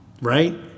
right